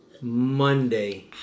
Monday